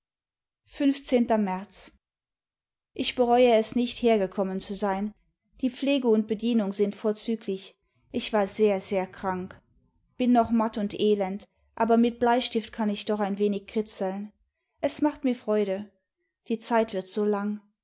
märz ich bereue es nicht hergekommen zu sein die pflege und bedienung sind vorzüglich ich war sehr sehr krank bin noch matt und elend aber mit bleistift kann ich doch ein wenig kritzeln es macht mir freude die zeit wird so lang